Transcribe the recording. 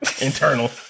Internal